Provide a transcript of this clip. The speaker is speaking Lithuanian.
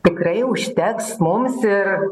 tikrai užteks mums ir